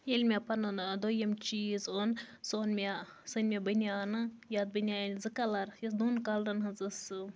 ییٚلہِ مےٚ پَنُن دوٚیُم چیٖز اوٚن سُہ اوٚن مےٚ سۅ أنۍ مےٚ بنیٛانہٕ یَتھ بنیٛانہِ زٕ کَلر تِکیٛازِ دۅن کَلرَن ہٕنٛز ٲسۍ سۄ